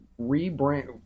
rebrand